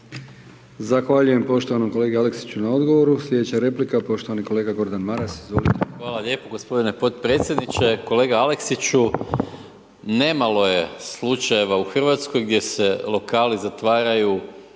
Zahvaljujem poštovanom kolegi Aleksiću na odgovoru. Sljedeća replika poštovani kolega Gordan Maras, izvolite. **Maras, Gordan (SDP)** Hvala lijepo g. potpredsjedniče. Kolega Aleksiću, nemalo je slučajeva u Hrvatskoj gdje se lokali zatvaraju